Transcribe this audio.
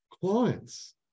clients